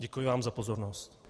Děkuji vám za pozornost.